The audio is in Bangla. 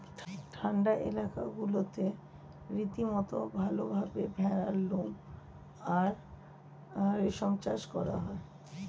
ঠান্ডা এলাকাগুলোতে রীতিমতো ভালভাবে ভেড়ার লোম আর রেশম চাষ করা হয়